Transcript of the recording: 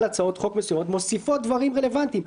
הצעות חוק מסוימות מוסיפות דברים רלוונטיים.